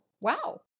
wow